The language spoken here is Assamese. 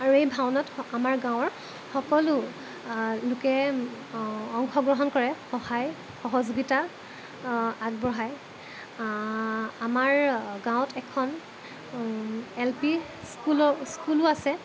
আৰু এই ভাওনাত আমাৰ গাঁৱৰ সকলো লোকে অংশগ্ৰহণ কৰে সহায় সহযোগিতা আগবঢ়ায় আমাৰ গাঁৱত এখন এল পি স্কুল' স্কুলো আছে